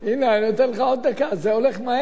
אני נותן לך עוד דקה, זה הולך מהר.